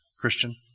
Christian